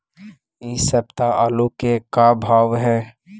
इ सप्ताह आलू के का भाव है?